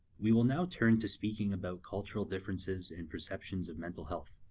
we will now turned to speaking about cultural differences and perceptions of mental health.